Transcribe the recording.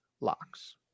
locks